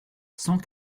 cent